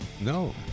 No